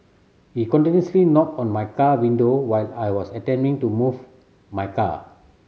he continuously knocked on my car window while I was attempting to move my car